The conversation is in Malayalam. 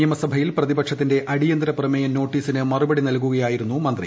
നിയമസഭയിൽ പ്രതിപക്ഷത്തിന്റെ അടിയന്തര പ്രമേയ നോട്ടീസിന് മറുപടി പറയുകയായിരുന്നു മന്ത്രി